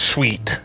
Sweet